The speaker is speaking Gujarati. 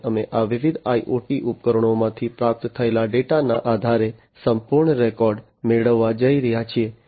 અને અમે આ વિવિધ IoT ઉપકરણોમાંથી પ્રાપ્ત થયેલા ડેટાના આધારે સંપૂર્ણ રેકોર્ડ મેળવવા જઈ રહ્યા છીએ